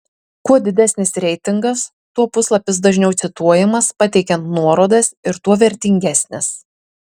kuo didesnis reitingas tuo puslapis dažniau cituojamas pateikiant nuorodas ir tuo vertingesnis